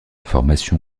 formation